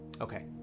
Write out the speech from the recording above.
Okay